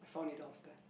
found it downstair